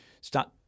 start